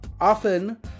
Often